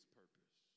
purpose